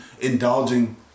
indulging